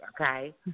okay